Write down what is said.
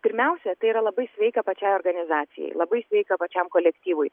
pirmiausia tai yra labai sveika pačiai organizacijai labai sveika pačiam kolektyvui